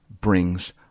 brings